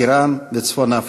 איראן וצפון- אפריקה.